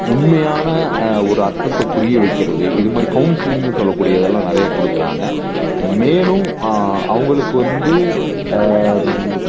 உண்மையான ஒரு அர்த்தத்தை புரிய வைக்கிறது இது மாதிரி கவுன்சிலிங்னு சொல்லக்கூடிய இதெலாம் நிறையா கொடுக்கறாங்க மேலும் அவங்களுக்கு வந்து